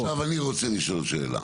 עכשיו אני רוצה לשאול שאלה.